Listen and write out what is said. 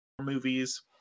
movies